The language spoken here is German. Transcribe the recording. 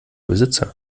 besitzer